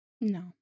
No